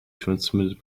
transmitted